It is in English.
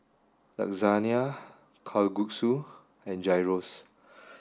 Lasagna Kalguksu and Gyros